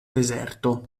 deserto